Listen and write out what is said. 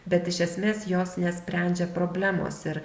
bet iš esmės jos nesprendžia problemos ir